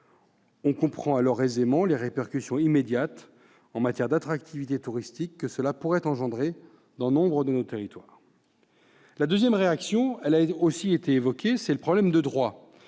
On comprend alors aisément les répercussions immédiates en matière d'attractivité touristique que cela pourrait engendrer dans nombre de territoires. Deuxième réaction : le problème de droit